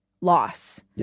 loss